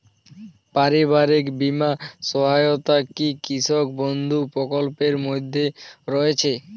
পারিবারিক বীমা সহায়তা কি কৃষক বন্ধু প্রকল্পের মধ্যে রয়েছে?